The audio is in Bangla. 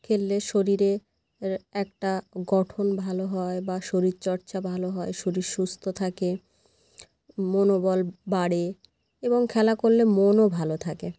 খেললে শরীরে এর একটা গঠন ভালো হয় বা শরীরচর্চা ভালো হয় শরীর সুস্থ থাকে মনোবল বাড়ে এবং খেলা করলে মনও ভালো থাকে